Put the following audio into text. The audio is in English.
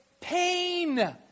pain